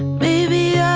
maybe yeah